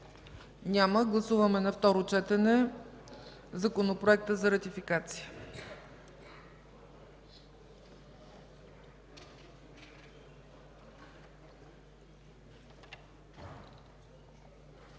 Няма. Гласуваме на второ четене Законопроекта за ратификация.